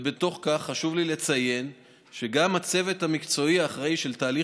ובתוך כך חשוב לי לציין שגם הצוות המקצועי האחראי של תהליך